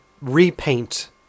repaint